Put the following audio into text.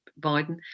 Biden